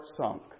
sunk